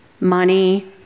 money